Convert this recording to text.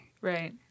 Right